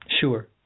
Sure